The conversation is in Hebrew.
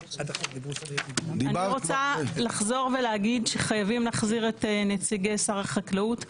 אני רוצה לחזור ולהגיד שחייבים להחזיר את נציגי שר החקלאות,